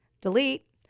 delete